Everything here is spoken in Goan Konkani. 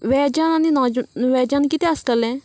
वेजान आनी नॉ वेजान कितें आसतलें